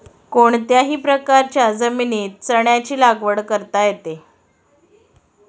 कोणत्याही प्रकारच्या जमिनीत चण्याची लागवड करता येते